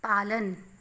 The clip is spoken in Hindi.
पालन